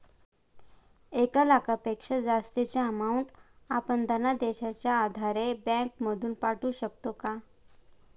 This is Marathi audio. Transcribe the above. एक लाखापेक्षा जास्तची अमाउंट आपण धनादेशच्या आधारे बँक मधून पाठवू शकतो का?